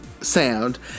Sound